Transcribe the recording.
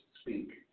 Speak